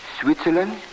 Switzerland